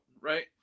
right